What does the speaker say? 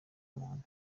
muntu